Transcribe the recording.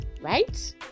right